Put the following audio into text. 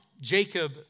Jacob